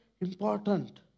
important